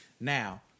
Now